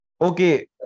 Okay